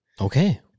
Okay